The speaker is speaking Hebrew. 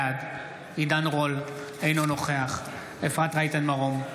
בעד עידן רול, אינו נוכח אפרת רייטן מרום,